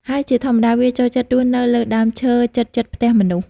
ហើយជាធម្មតា វាចូលចិត្តរស់នៅលើដើមឈើជិតៗផ្ទះមនុស្ស។